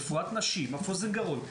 רפואת נשים,